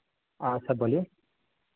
sir बोलिए